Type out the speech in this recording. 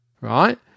right